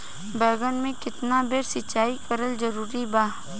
बैगन में केतना बेर सिचाई करल जरूरी बा?